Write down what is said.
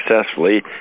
successfully